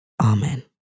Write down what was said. Amen